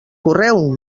correu